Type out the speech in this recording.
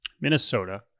Minnesota